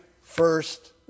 first